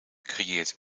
creëert